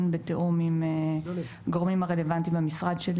בתיאום עם הגורמים הרלוונטיים במשרד שלי.